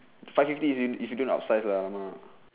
five fifty is in if you don't up size !alamak!